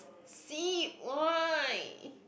see why